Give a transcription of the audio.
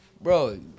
bro